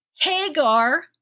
Hagar